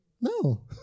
No